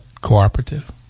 cooperative